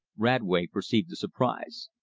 radway perceived the surprise.